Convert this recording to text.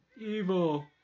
Evil